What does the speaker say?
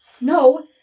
No